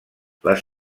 les